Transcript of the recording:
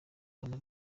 mbona